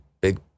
big